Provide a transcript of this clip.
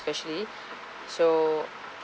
especially so